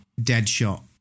Deadshot